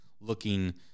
looking